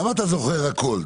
למה אתה זוכר הכל?